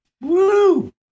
Woo